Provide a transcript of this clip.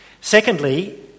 Secondly